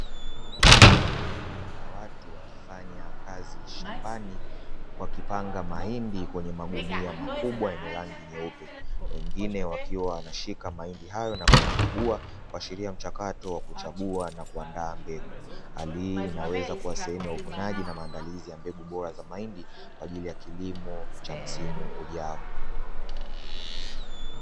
Kundi la watu wakifanya kazi shambani kwa kupanga mahindi kwenye magunia makubwa yenye rangi nyeupe wengine wakiwa wanashika mahindi hayo na kuyakagua kwa sheria mchakato wa kuchagua na kuandaa mbegu. Hali hii inaweza kuwa sehemu ya uvunaji na maandalizi ya mbegu bora za mahindi kwa ajili ya kilimo cha msimu ujao.